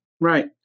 Right